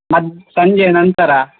ಮದ್ ಸಂಜೆಯ ನಂತರ